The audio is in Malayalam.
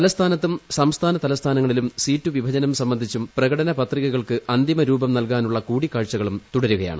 തലസ്ഥാനത്തും സംസ്ഥാന തലസ്ഥാനങ്ങളിലും സീറ്റു വിഭജനം സംബന്ധിച്ചും പ്രകടനപത്രികകൾക്ക് അന്തിമ രൂപം നൽകാനുള്ള കൂടിക്കാഴ്ചകളും തുടരുകയാണ്